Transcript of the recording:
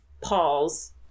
Paul's